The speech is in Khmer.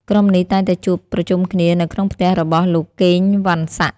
ក្រុមនេះតែងតែជួបប្រជុំគ្នានៅក្នុងផ្ទះរបស់ លោកកេង វ៉ាន់សាក់។